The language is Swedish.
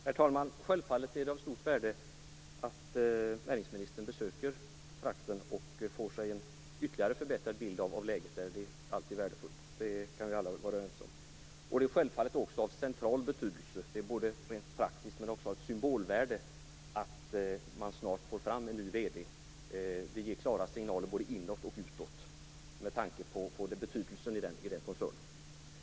Herr talman! Självfallet är det av stort värde att näringsministern besöker trakten och får en ännu bättre bild av läget där. Att det är värdefullt kan alla vara ense om. Det är självfallet också av central betydelse - det gäller praktiskt och det har även ett symbolvärde - att man snart får fram en ny vd. Det ger klara signaler både inåt och utåt, med tanke på den betydelse som koncernen har.